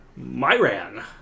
Myran